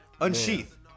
Unsheath